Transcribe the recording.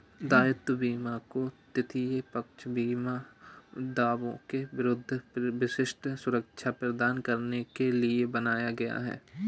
दायित्व बीमा को तृतीय पक्ष बीमा दावों के विरुद्ध विशिष्ट सुरक्षा प्रदान करने के लिए बनाया गया है